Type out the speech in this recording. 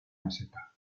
meseta